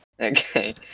Okay